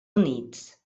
units